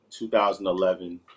2011